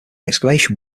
excavation